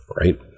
right